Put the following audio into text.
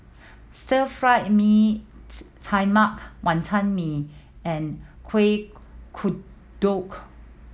stir fried mee tai mak Wantan Mee and Kuih Kodok